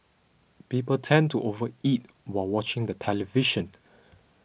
people tend to over eat while watching the television